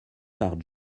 par